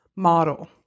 Model